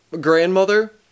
grandmother